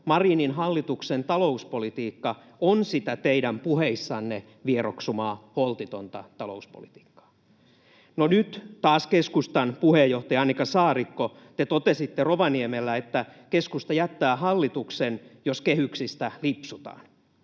Marinin hallituksen talouspolitiikka on sitä teidän puheissanne vieroksumaa holtitonta talouspolitiikkaa. [Kimmo Kiljunen: Missä mielessä on?] No nyt taas keskustan puheenjohtaja Annika Saarikko: te totesitte Rovaniemellä, että keskusta jättää hallituksen, jos kehyksistä lipsutaan.